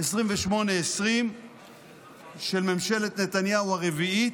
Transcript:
2820 של ממשלת נתניהו הרביעית,